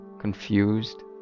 confused